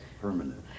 Permanent